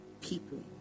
people